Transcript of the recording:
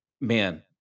man